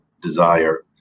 desire